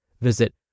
Visit